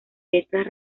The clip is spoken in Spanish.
letras